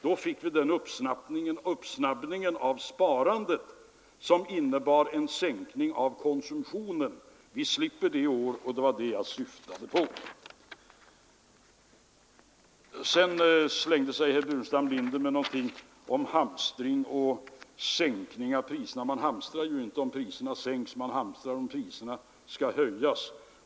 Då fick vi den uppsnabbning av sparandet som innebar en säkning av konsumtionen. Det slipper vi i år; det var det jag syftade på. Sedan slängde också herr Burenstam Linder omkring sig med någonting om hamstring och sänkning av priserna, men man hamstrar ju inte om priserna sänks. Man hamstrar om priserna skall höjas.